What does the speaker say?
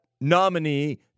nominee